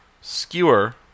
skewer